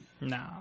No